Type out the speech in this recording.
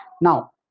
Now